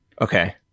okay